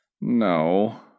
No